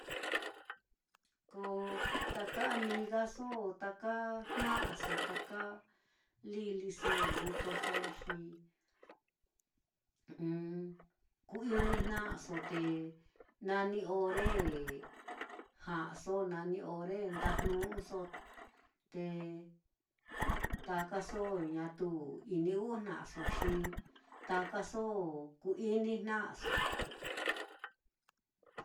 Ko taka amigaso, taka jna'aso, taka liliso, li o, xi ku-inijna'aso, te naní ore ja'aso, naní ore ndajnu'uso, te takaso ñatu ini-u'ujna'aso, xi takaso ku-inijna'aso.